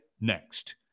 next